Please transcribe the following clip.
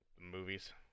Movies